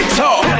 talk